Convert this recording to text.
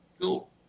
Cool